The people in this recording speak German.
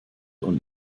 und